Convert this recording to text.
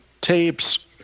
tapes